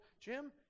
Jim